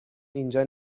اینجا